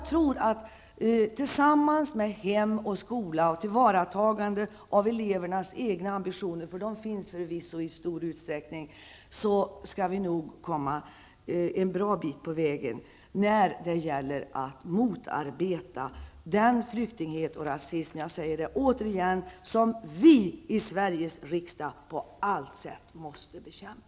Tillsammans med hemmen och skolan och med tillvaratagande av elevernas egna ambitioner, de finns förvisso i stor utsträckning, skall vi nog komma en bra bit på väg när det gäller att motarbeta den flyktingfientlighet och rasism som, jag säger det återigen, vi i Sveriges riksdag på alla sätt måste bekämpa.